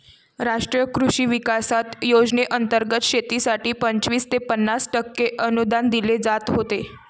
राष्ट्रीय कृषी विकास योजनेंतर्गत शेतीसाठी पंचवीस ते पन्नास टक्के अनुदान दिले जात होते